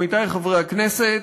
עמיתי חברי הכנסת,